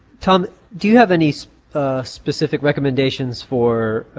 tom do you have any specific recommendations for,